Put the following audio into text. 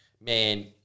Man